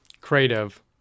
creative